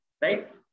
right